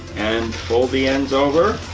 and fold the ends over.